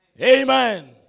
amen